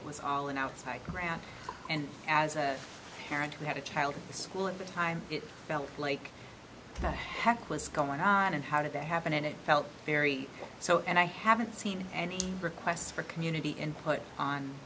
it was all an outside grant and as a parent we had a child in the school at the time it felt like the heck was going on and how did that happen and it felt very so and i haven't seen any requests for community input on